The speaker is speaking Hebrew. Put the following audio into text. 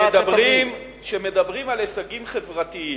כשמדברים על הישגים חברתיים,